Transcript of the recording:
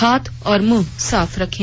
हाथ और मुंह साफ रखें